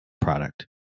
product